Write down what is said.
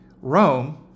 Rome